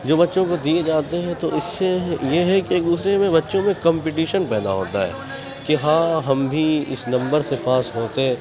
جو بچوں کو دیے جاتے ہیں تو اس سے یہ ہے کہ ایک دوسرے میں بچوں میں کمپٹیسن پیدا ہوتا ہے کہ ہاں ہم بھی اس نمبر سے پاس ہوتے